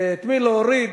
את מי להוריד.